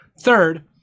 Third